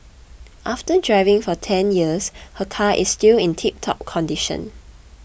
after driving for ten years her car is still in tiptop condition